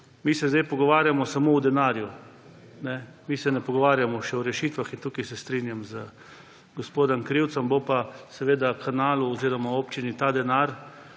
Mi se zdaj pogovarjamo samo o denarju, mi se ne pogovarjamo še o rešitvah in tukaj se strinjam z gospodom Krivcem. Bo pa seveda Kanalu oziroma občini ta denar